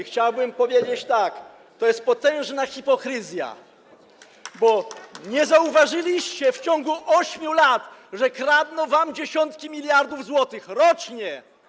Chciałbym powiedzieć tak: to jest potężna hipokryzja, bo nie zauważyliście w ciągu 8 lat, że kradną wam dziesiątki miliardów złotych rocznie.